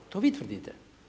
To vi tvrdite.